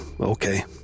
Okay